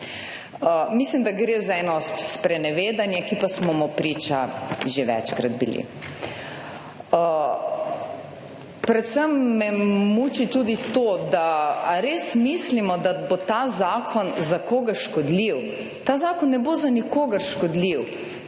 Mislim, da gre za eno sprenevedanje, ki pa smo mu priča že večkrat bili. Predvsem me muči tudi to, da ali res mislimo, da bo ta zakon za koga škodljiv? Ta zakon ne bo za nikogar škodljiv.